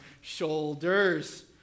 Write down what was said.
shoulders